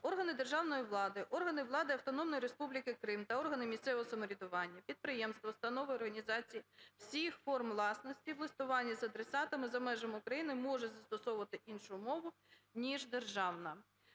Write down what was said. "Органи державної влади, органи влади Автономної Республіки Крим та органи місцевого самоврядування, підприємства, установи і організації всіх форм власності в листуванні з адресатами за межами України можуть застосовувати іншу мову ніж державна".